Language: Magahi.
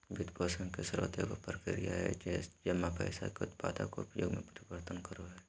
वित्तपोषण के स्रोत एगो प्रक्रिया हइ जे जमा पैसा के उत्पादक उपयोग में परिवर्तन करो हइ